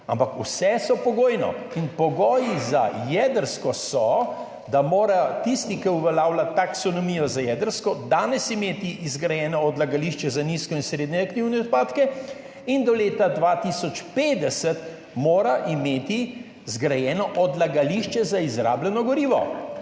ampak vse so pogojno in pogoji za jedrsko so, da mora tisti, ki uveljavlja taksonomijo za jedrsko, danes imeti zgrajeno odlagališče za nizko in srednje aktivne odpadke in do leta 2050 mora imeti zgrajeno odlagališče za izrabljeno gorivo.